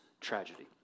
tragedy